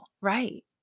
right